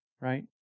right